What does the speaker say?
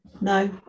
no